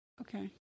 Okay